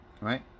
Right